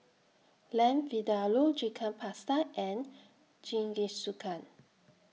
Lamb Vindaloo Chicken Pasta and Jingisukan